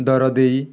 ଦର ଦେଇ